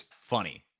funny